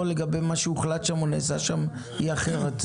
לגבי מה שהוחלט שם או נעשה שם היא אחרת,